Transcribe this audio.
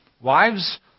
Wives